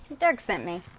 dirk sent me.